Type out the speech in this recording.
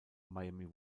miami